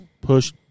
Push